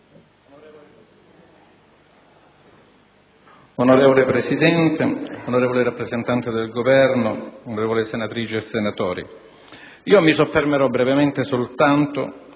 Signora Presidente, onorevole rappresentante del Governo, onorevoli senatrici e senatori, mi soffermerò brevemente soltanto